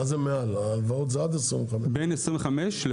מה זה מעל, ההלוואות זה עד 25,000. בין 25 ל-50.